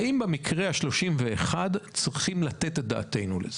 האם במקרה ה-31 אנחנו צריכים לתת את דעתנו לזה?